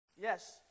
Yes